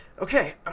okay